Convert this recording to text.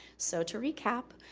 so to recap,